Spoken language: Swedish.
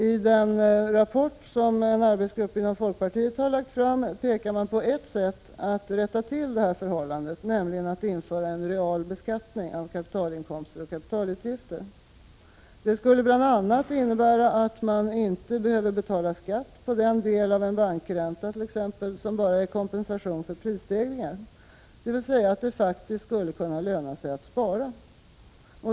I en rapport som en arbetsgrupp från folkpartiet har lagt fram pekas på ett sätt att rätta till detta förhållande, nämligen att införa en real beskattning av kapitalinkomster och kapitalutgifter. Det skulle bl.a. innebära att man inte behöver betala skatt på t.ex. den del av en bankränta som bara utgör kompensation för prisstegringar, dvs. att det faktiskt skulle kunna löna sig att spara.